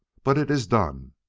but it is done.